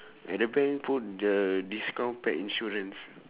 at the bank put the discount pet insurance